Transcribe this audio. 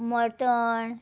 mutton